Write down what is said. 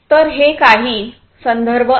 तर हे काही संदर्भ आहेत